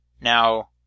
Now